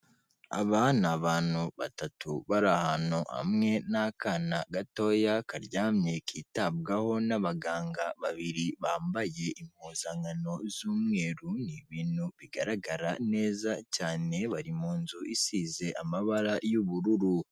Aba ni abantu batatu bari ahantu hamwe n'akana gatoya, karyamye kitabwaho n'abaganga babiri, bambaye impuzankano z'umweru, ni ibintu bigaragara neza cyane, bari mu nzu isize amabara y'ubururu.